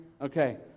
Okay